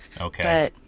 Okay